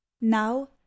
Now